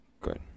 good